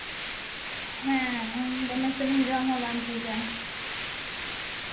ᱦᱮᱸ ᱫᱚᱢᱮ ᱥᱩᱱᱩᱢ ᱡᱚᱢ ᱦᱚᱸ ᱵᱟᱝ ᱴᱷᱤᱠᱟ